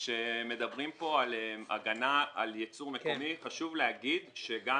כשמדברים פה על הגנה על יצור מקומי חשוב להגיד שגם